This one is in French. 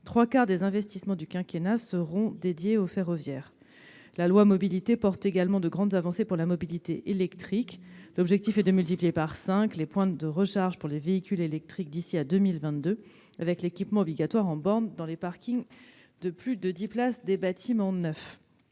trois quarts des investissements du quinquennat seront dédiés au ferroviaire. Le projet de loi d'orientation des mobilités prévoit également de grandes avancées pour la mobilité électrique. L'objectif est de multiplier par cinq les points de recharge pour les véhicules électriques d'ici à 2022, avec l'équipement obligatoire en bornes pour les parkings de plus de dix places des bâtiments neufs.